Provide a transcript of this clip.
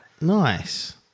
Nice